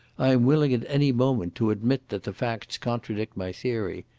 i am willing at any moment to admit that the facts contradict my theory.